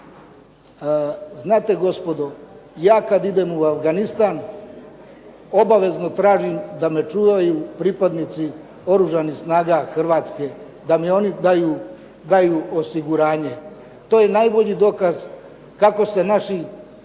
"Znate gospodo, ja kada idem u Afganistan obavezno tražim da me čuvaju pripadnici Oružanih snaga Hrvatske da mi oni daju osiguranje". To je najbolji dokaz kako se naši